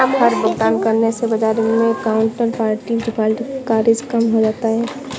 हर भुगतान करने से बाजार मै काउन्टरपार्टी डिफ़ॉल्ट का रिस्क कम हो जाता है